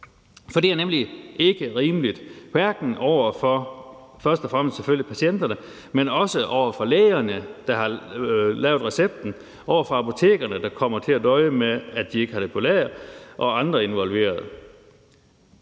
For det er nemlig hverken rimeligt over for først og fremmest selvfølgelig patienterne, men også over for lægerne, der har lavet recepten, over for apotekerne, der kommer til at døje med, at de ikke har det på lager, og andre involverede,